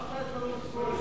שכחת את ברלוסקוני,